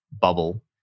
bubble